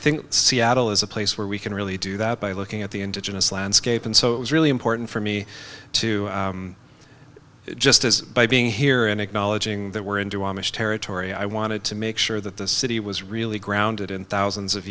think seattle is a place where we can really do that by looking at the indigenous landscape and so it was really important for me to just as by being here and acknowledging that we're into amish territory i wanted to make sure that the city was really grounded in thousands of